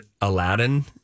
Aladdin